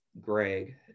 Greg